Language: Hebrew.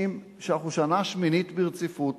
אנחנו שנה שמינית ברציפות